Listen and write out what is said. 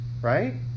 right